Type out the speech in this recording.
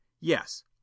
Yes